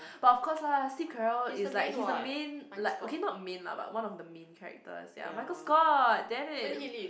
but of course lah Steve-Carell it's like he's the main like okay not main lah but one of the main characters ya Michael-Scott damn it